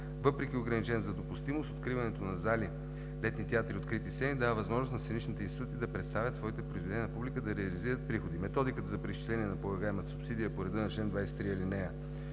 Въпреки ограниченията за допустимост, откриването на зали, летни театри и открити сцени дава възможност на сценичните институти да представят своите произведения на публиката и да реализират приходи. Методиката за преизчисление на полагаемата се субсидия е по реда на чл.